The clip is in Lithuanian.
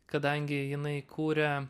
kadangi jinai kuria